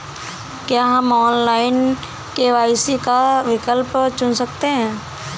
क्या हम online KYC का विकल्प चुन सकते हैं?